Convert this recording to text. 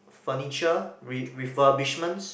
furniture re~ refurbishment